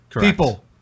People